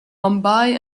mumbai